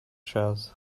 chairs